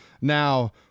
Now